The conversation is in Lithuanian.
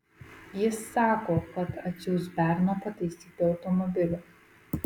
jis sako kad atsiųs berną pataisyti automobilio